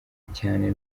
cyane